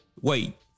Wait